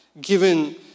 given